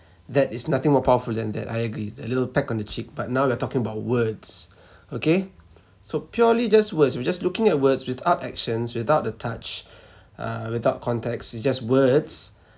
that is nothing more powerful than that I agree that little peck on the cheek but now we are talking about words okay so purely just words we're just looking at words without actions without the touch uh without context it's just words